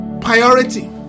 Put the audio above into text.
priority